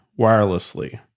wirelessly